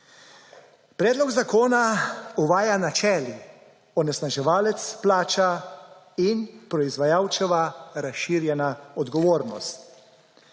Predlog zakona uvaja načeli onesnaževalec plača in proizvajalčeva razširjena odgovornost,